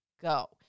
go